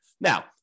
Now